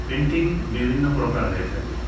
painting বিভিন্ন প্রকার হয়ে থাকে